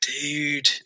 dude